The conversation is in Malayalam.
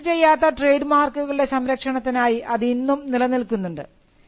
രജിസ്റ്റർ ചെയ്യാത്ത ട്രേഡ് മാർക്കുകളുടെ സംരക്ഷണത്തിനായി അത് ഇന്നും നിലനിൽക്കുന്നുണ്ട്